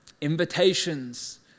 Invitations